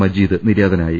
മജീദ് നിര്യാതനായി